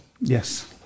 Yes